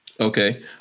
Okay